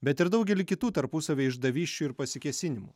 bet ir daugelį kitų tarpusavio išdavysčių ir pasikėsinimų